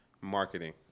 marketing